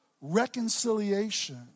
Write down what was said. reconciliation